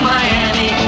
Miami